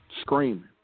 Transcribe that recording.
Screaming